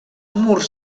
murs